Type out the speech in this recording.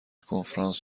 کنفرانس